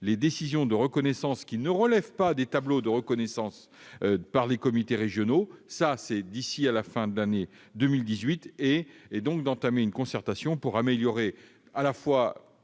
les décisions de reconnaissance qui ne relèvent pas des tableaux de reconnaissance par les comités régionaux. Ce sera fait d'ici à la fin de l'année 2018. Nous avons voulu entamer une concertation pour améliorer